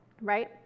right